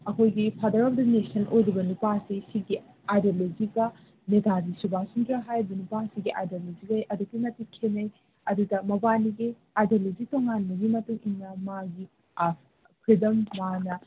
ꯑꯩꯈꯣꯏꯒꯤ father of the nation ꯑꯣꯏꯔꯤꯕ ꯅꯤꯄꯥꯁꯤ ꯁꯤꯒꯤ ꯑꯥꯏꯗꯤꯑꯣꯂꯣꯖꯤꯒ ꯅꯦꯇꯥꯖꯤ ꯁꯨꯕꯥꯁꯆꯟꯗ꯭ꯔꯥ ꯍꯥꯏꯔꯤꯕ ꯅꯨꯄꯥꯁꯤꯒꯤ ꯑꯥꯏꯗꯤꯑꯣꯂꯣꯖꯤꯒ ꯑꯗꯨꯛꯀꯤ ꯃꯇꯤꯛ ꯈꯦꯠꯅꯩ ꯑꯗꯨꯗ ꯃꯕꯥꯅꯤꯒꯤ ꯑꯥꯏꯗꯤꯑꯣꯂꯣꯖꯤ ꯇꯣꯉꯥꯟꯕꯒꯤ ꯃꯇꯨꯡ ꯏꯟꯅ ꯃꯥꯒꯤ ꯐ꯭ꯔꯤꯗꯝ ꯃꯥꯅ